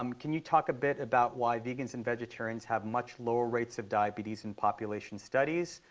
um can you talk a bit about why vegans and vegetarians have much lower rates of diabetes in population studies?